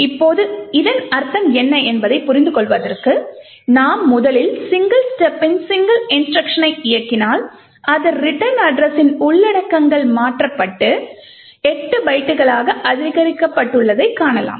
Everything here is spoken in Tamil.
இப்போது இதன் அர்த்தம் என்ன என்பதைப் புரிந்துகொள்வதற்கு நாம் முதலில் சிங்கிள் ஸ்டேப்பின் சிங்கிள் இன்ஸ்ட்ருக்ஷனை இயக்கினால் அது ரிட்டர்ன் அட்ரஸ்ஸின் உள்ளடக்கங்கள் மாற்றப்பட்டு 8 பைட்டுகளால் அதிகரிக்கப்பட்டுள்ளதை காணலாம்